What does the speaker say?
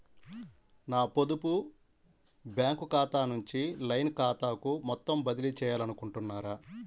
నా పొదుపు బ్యాంకు ఖాతా నుంచి లైన్ ఖాతాకు మొత్తం బదిలీ చేయాలనుకుంటున్నారా?